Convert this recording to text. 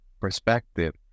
perspective